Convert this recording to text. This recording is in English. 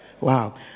Wow